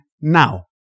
now